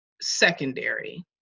secondary